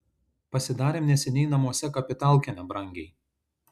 pasidarėm neseniai namuose kapitalkę nebrangiai